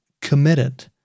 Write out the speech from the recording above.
committed